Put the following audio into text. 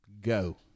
Go